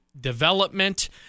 development